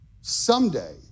someday